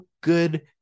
good